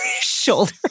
shoulder